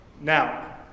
Now